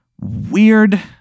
weird